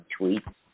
tweets